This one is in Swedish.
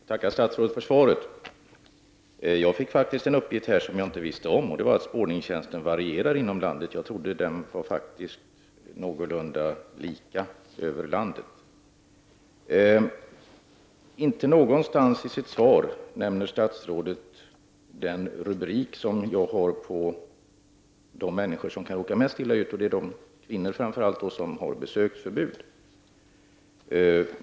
Fru talman! Jag tackar statsrådet för svaret. Jag fick en uppgift av honom som jag inte kände till, och det var att spårningstjänsten varierar inom landet. Jag trodde att den var någorlunda lika över landet. Inte någonstans i sitt svar nämner statsrådet den grupp människor som kan råka mest illa ut, alltså framför allt kvinnor vilkas män är ålagda besöksförbud.